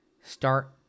start